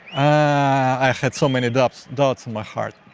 i had so many doubts doubts in my heart.